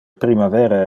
primavera